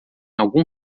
algum